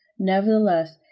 nevertheless,